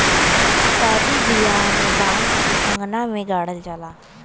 सादी बियाह में बांस के अंगना में गाड़ल जाला